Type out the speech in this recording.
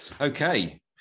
Okay